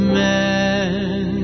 man